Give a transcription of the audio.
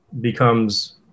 becomes